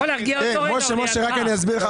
לא חדש.